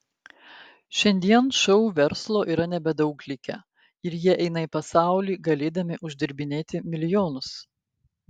šiandien šou verslo yra nebedaug likę ir jie eina į pasaulį galėdami uždirbinėti milijonus